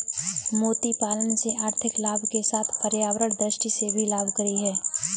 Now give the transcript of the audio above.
मोती पालन से आर्थिक लाभ के साथ पर्यावरण दृष्टि से भी लाभकरी है